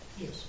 Yes